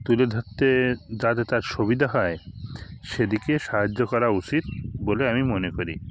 তুলে ধরতে যাতে তার সুবিধে হয় সেদিকে সাহায্য করা উচিত বলে আমি মনে করি